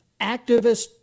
activist